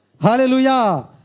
Hallelujah